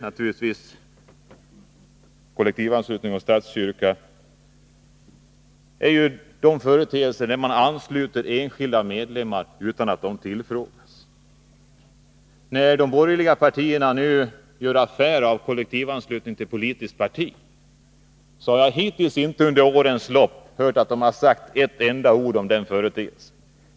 Här och i kollektivanslutningen har vi de företeelser som innebär att man ansluter enskilda medlemmar utan att de tillfrågas. Men när de borgerliga partierna nu gör affär av kollektivanslutningen till politiskt parti har jag hittills inte hört ett enda ord från deras sida om den här företeelsen.